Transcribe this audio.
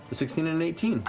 sixteen and eighteen,